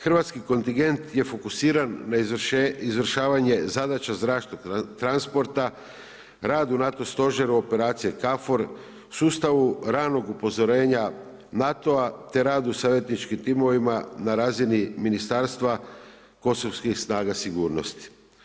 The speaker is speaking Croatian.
Hrvatski kontingent je fokusiran na izvršavanje zadaća zračnog transporta, rad u NATO stožeru, operacije Kafor, sustavu ranog upozorenja NATO-a te rad u savjetničkim timovima na razini ministarstva kosovskih snaga sigurnosti.